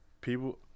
people